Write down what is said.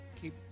keep